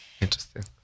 interesting